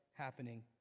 happening